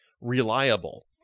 reliable